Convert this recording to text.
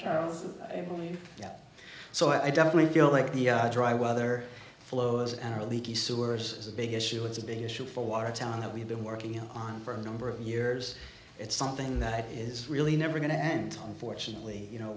charles i believe so i definitely feel like the dry weather flows and our leaky sewers is a big issue it's a big issue for watertown that we've been working on for a number of years it's something that is really never going to end unfortunately you know